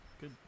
Good